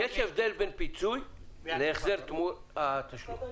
יש הבדל בין פיצוי להחזר התשלום.